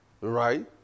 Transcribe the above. right